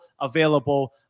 available